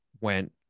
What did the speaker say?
went